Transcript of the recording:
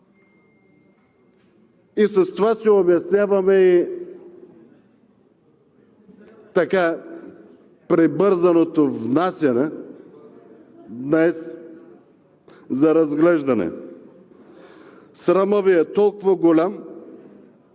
и с това си обясняваме и така прибързаното внасяне днес за разглеждане. Срамът Ви е толкова голям